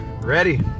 Ready